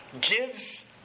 gives